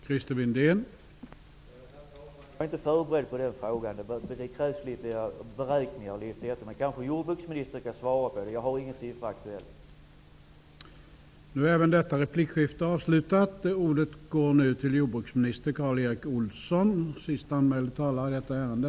Herr talman! Jag är inte förberedd på den frågan. Det krävs bl.a. litet beräkningar. Men kanske jordbruksministern kan svara på frågan. Jag har ingen aktuell siffra.